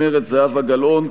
מרצ: זהבה גלאון.